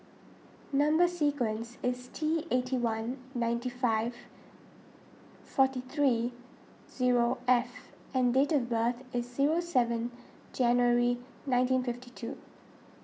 Number Sequence is T eight one nine five forty three zero F and date of birth is zero seven January nineteen fifty two